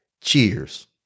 cheers